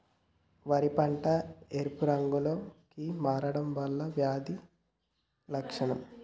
వరి పంట ఎరుపు రంగు లో కి మారడం ఏ వ్యాధి లక్షణం?